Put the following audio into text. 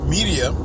Media